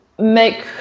make